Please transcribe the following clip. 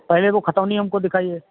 पहले उ खतौनी हमको दिखाइए